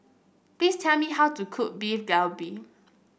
please tell me how to cook Beef Galbi